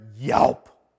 yelp